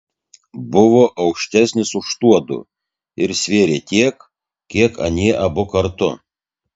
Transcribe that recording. buvo aukštesnis už tuodu ir svėrė tiek kiek anie abu kartu